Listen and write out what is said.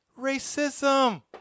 racism